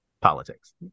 politics